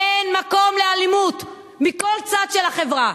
אין מקום לאלימות מכל צד של החברה.